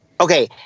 Okay